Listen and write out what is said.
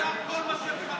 כל מה שהם חלמו, נתתם להם.